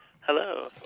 Hello